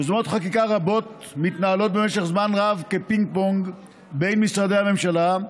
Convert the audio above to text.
יוזמות חקיקה רבות מתנהלות במשך זמן רב כפינג פונג בין משרדי הממשלה,